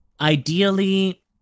ideally